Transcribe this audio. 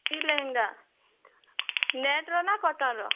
କି ଲେହେଙ୍ଗା ନେଟ୍ର ନା କଟନ୍ର